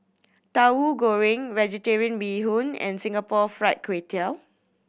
Tauhu Goreng Vegetarian Bee Hoon and Singapore Fried Kway Tiao